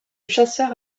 chasseurs